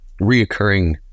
reoccurring